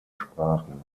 sprachen